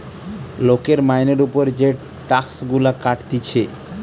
লোকের মাইনের উপর যে টাক্স গুলা কাটতিছে